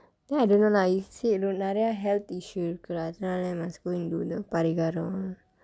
then I don't know like he said நிறைய:niraiya health issue இருக்கு அதனால:irrukku athanaala must go and do the பரிகாரம்:parikaaram